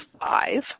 five